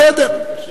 בסדר.